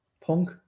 Punk